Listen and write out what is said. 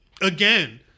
Again